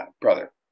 brother